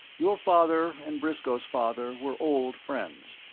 your father and briscoe's father were old friends.